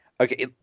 okay